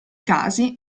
casi